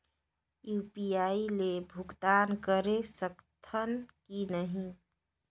UPI ले भुगतान करे सकथन कि नहीं?